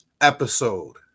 episode